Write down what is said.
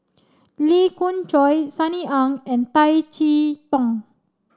Lee Khoon Choy Sunny Ang and Bay Chee Toh